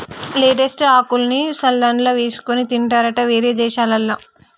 lettuce ఆకుల్ని సలాడ్లల్ల వేసుకొని తింటారట వేరే దేశాలల్ల